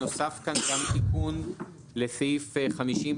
נוסף כאן גם תיקון לסעיף 53,